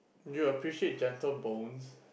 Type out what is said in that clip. you appreciate Gentle Bones